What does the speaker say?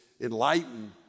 enlightened